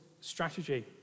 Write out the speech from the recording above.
strategy